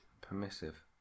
Permissive